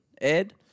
Ed